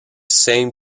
same